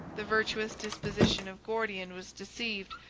the virtuous disposition of gordian was deceived,